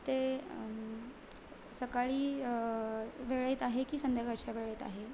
ते सकाळी वेळेत आहे की संध्याकाळच्या वेळेत आहे